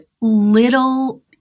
little